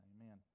Amen